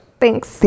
Thanks